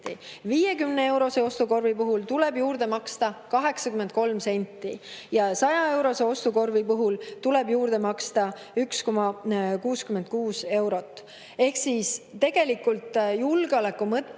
50‑eurose ostukorvi puhul tuleb juurde maksta 83 senti ja 100‑eurose ostukorvi puhul tuleb juurde maksta 1,66 eurot. Tegelikult, julgeoleku mõttes